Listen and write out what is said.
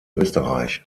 österreich